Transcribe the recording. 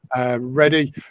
ready